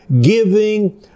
giving